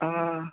आं